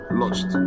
lost